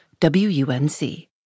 WUNC